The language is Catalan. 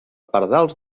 pardals